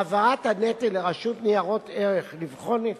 העברת הנטל לרשות לניירות ערך לבחון את